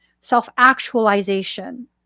self-actualization